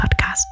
podcast